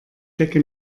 decke